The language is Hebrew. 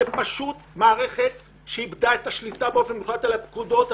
זו פשוט מערכת שאיבדה באופן מוחלט את השליטה על פקודות,